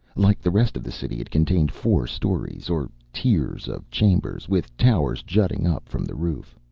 like the rest of the city it contained four stories, or tiers of chambers, with towers jutting up from the roof.